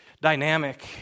dynamic